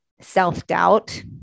self-doubt